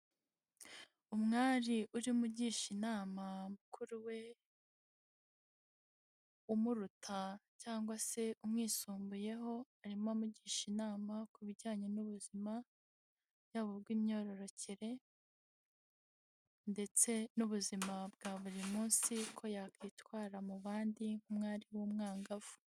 Umwari urimo ugisha inama mukuru we umuruta cyangwa se umwisumbuyeho. Arimo amugisha inama ku bijyanye n'ubuzima bw'imyororokere ndetse n'ubuzima bwa buri munsi ko yakwitwara mu bandi nk'umwari w'umwangavu.